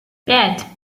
пять